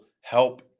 help